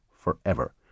forever